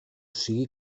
sigui